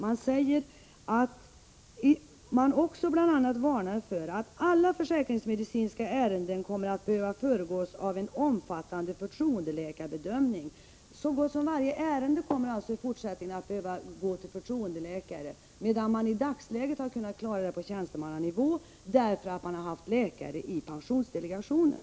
Man varnar bl.a. för att alla försäkringsmedicinska ärenden kommer att behöva föregås av en omfattande förtroendeläkarbedömning. Så gott som varje ärende kommer alltså i fortsättningen att behöva gå till förtroendeläkare, medan man i dagsläget har kunnat klarat det på tjänstemannanivå därför att man haft läkare i pensionsdelegationen.